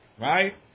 right